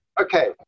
Okay